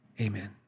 Amen